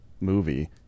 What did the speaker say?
movie